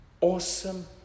awesome